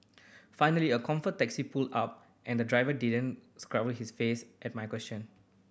finally a comfort taxi pulled up and the driver didn't his face at my question